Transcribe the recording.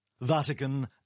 Vatican